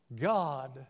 God